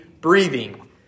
breathing